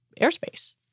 airspace